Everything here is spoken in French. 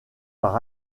par